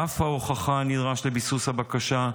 רף ההוכחה הנדרש לביסוס הבקשה,